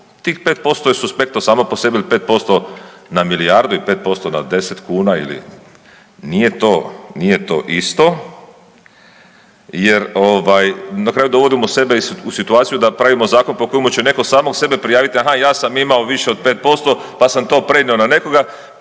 tih 5% je suspektno samo po sebi ili 5% na milijardu i 5% na 10 kuna ili nije to isto, jer na kraju dovodimo sebe u situaciju da pravimo zakon po kojem će netko samog sebe prijaviti, aha ja sam imao više od pet posto pa sam to prenio na nekoga, pa